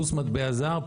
פלוס מטבע זר,